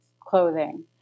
clothing